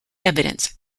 evidence